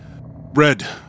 Red